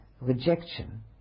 rejection